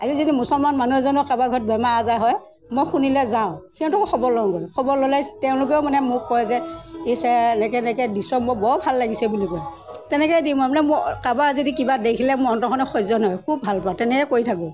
আজি যদি মুছলমান মানুহ এজনো কাৰোবাৰ ঘৰত বেমাৰ আজাৰ হয় মই শুনিলে যাওঁ সিহঁতকো খবৰ ল'ওঁগৈ খবৰ ল'লে তেওঁলোকেও মানে মোক কয় যে ইছ্ এনেকৈ এনেকৈ দিছ মোৰ বৰ ভাল লাগিছে বুলি কয় তেনেকৈ দিওঁ মই মানে মোৰ কাৰোবাৰ যদি কিবা দেখিলে মোৰ অন্তৰখনে সহ্য় নহয় খুব ভাল পাওঁ তেনেকৈ কৰি থাকোঁ